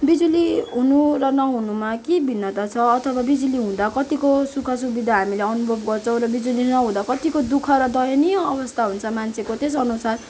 बिजुली हुनु र नहुनुमा के भिन्नता छ अथवा बिजुली हुँदा कत्तिको सुख सुविधा हामीले अनुभव गर्छौँ र बिजुली नहुँदा कत्तिको दुखः र दयनीय अवस्था हुन्छ मान्छेको त्यस अनुसार